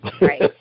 right